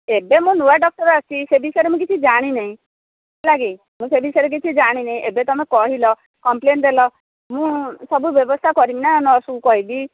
ଏବେ ମୁଁ ନୂଆ ଡକ୍ଟର ଅଛି ସେ ବିଷୟରେ କିଛି ଜାଣିନାହିଁ ହେଲା କି ସେ ବିଷୟରେ ମୁଁ କିଛି ଜାଣିନାହିଁ ଏବେ ତୁମେ କହିଲ କମ୍ପଲେନ୍ ଦେଲ ମୁଁ ସବୁ ବ୍ୟବସ୍ଥା କରିବି ନା ନର୍ସକୁ କହିବି